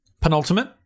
Penultimate